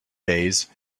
days